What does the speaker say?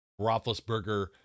Roethlisberger